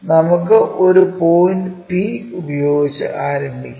നമുക്ക് ഒരു point P ഉപയോഗിച്ച് ആരംഭിക്കാം